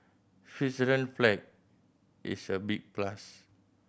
Switzerland flag is a big plus